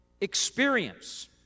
experience